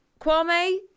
Kwame